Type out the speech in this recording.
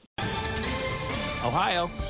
Ohio